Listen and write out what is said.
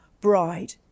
bride